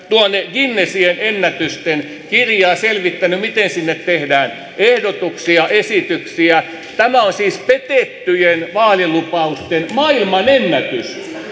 guinnessin ennätysten kirjaan selvittänyt miten sinne tehdään ehdotuksia esityksiä tämä on siis petettyjen vaalilupausten maailmanennätys